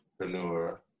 entrepreneur